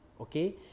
okay